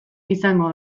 izango